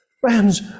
Friends